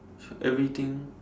everything